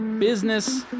business